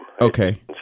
Okay